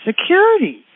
security